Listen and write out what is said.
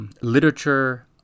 Literature